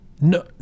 no